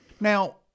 Now